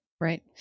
Right